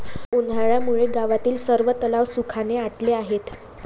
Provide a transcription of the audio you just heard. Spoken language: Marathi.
उन्हामुळे गावातील सर्व तलाव सुखाने आटले आहेत